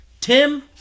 Tim